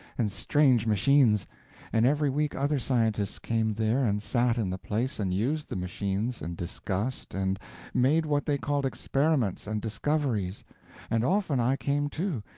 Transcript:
and strange machines and every week other scientists came there and sat in the place, and used the machines, and discussed, and made what they called experiments and discoveries and often i came, too,